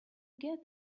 get